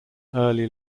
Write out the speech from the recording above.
early